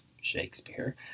Shakespeare